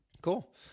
Cool